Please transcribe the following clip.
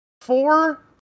four